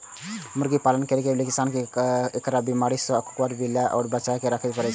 मुर्गी पालन करै बला किसान कें एकरा बीमारी सं आ कुकुर, बिलाय सं बचाके राखै पड़ै छै